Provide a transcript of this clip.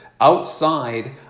outside